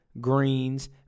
greens